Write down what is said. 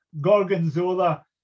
Gorgonzola